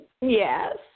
Yes